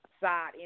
side